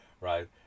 Right